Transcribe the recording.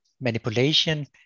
manipulation